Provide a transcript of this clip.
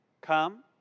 Come